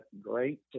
great